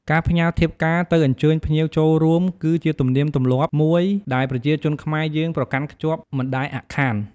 ការផ្ញើធៀបការទៅអញ្ជើញភ្ញៀវចូលរួមគឺជាទំនៀមទម្លាប់មួយដែលប្រជាជនខ្មែរយើងប្រកាន់ខ្ជាប់មិនដែលអាក់ខាន។